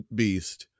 beast